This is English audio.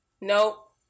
Nope